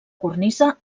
cornisa